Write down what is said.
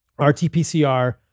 RTPCR